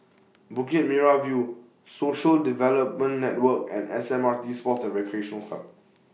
Bukit Merah View Social Development Network and S M R T Sports and Recreation Club